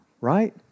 right